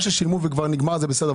מה ששילמו וכבר נגמר זה בסדר,